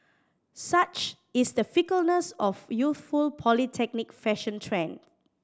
such is the fickleness of youthful polytechnic fashion trend